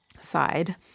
side